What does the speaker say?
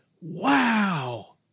Wow